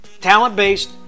talent-based